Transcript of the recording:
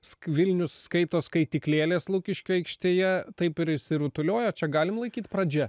sk vilnius skaito skaityklėlės lukiškių aikštėje taip ir išsirutuliojo čia galim laikyt pradžia